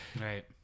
right